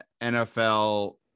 NFL